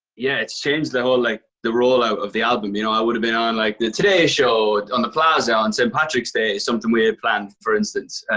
yeah, it's changed the whole like rollout of the album, you know. i would've been on like the today show, on the plaza on st. patrick's day, something we had planned, for instance.